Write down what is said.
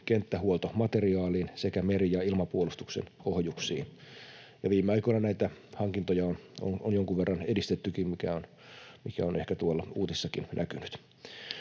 kenttähuoltomateriaaliin sekä meri- ja ilmapuolustuksen ohjuksiin, ja viime aikoina näitä hankintoja on jonkun verran edistettykin, mikä on ehkä tuolla uutisissakin näkynyt.